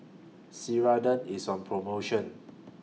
Ceradan IS on promotion